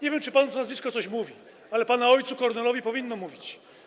Nie wiem, czy panu to nazwisko coś mówi, ale pana ojcu, Kornelowi, powinno mówić.